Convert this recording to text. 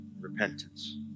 repentance